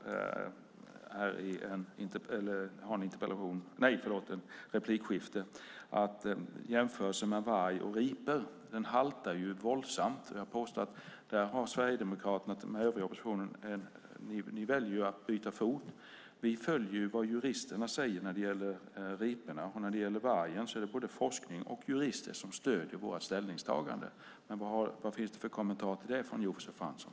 Jämförelsen mellan varg och ripor haltar våldsamt. Där väljer Sverigedemokraterna och övriga oppositionen att byta fot. Vi följer vad juristerna säger när det gäller riporna. När det gäller vargen är det både forskare och jurister som stöder vårt ställningstagande. Vad finns det för kommentar till det från Josef Fransson?